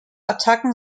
attacken